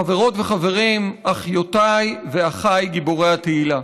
חברות וחברים, אחיותיי ואחיי גיבורי התהילה,